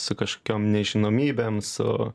su kažkokiom nežinomybėm su